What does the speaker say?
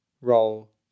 roll